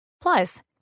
Plus